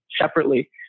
separately